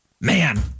Man